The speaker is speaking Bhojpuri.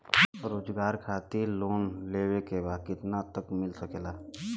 रोजगार खातिर लोन लेवेके बा कितना तक मिल सकेला?